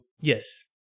yes